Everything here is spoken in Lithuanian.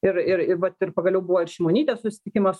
ir ir ir vat ir pagaliau buvo ir šimonytės susitikimas